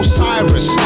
Osiris